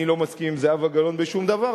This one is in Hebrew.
אני לא מסכים עם זהבה גלאון בשום דבר,